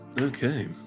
Okay